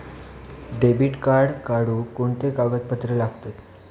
Debit card काढुक कोणते कागदपत्र लागतत?